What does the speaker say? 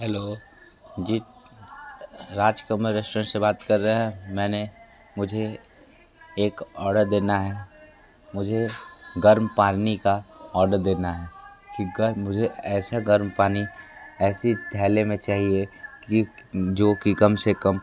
hello जी Rajkamal restaurant से बात कर रहे हैं मैंने मुझे एक आर्डर देना है मुझे गर्म पानी का आर्डर देना है कि गर्म मुझे ऐसा गर्म पानी ऐसे थैले में चाहिए कि जो कि कम से कम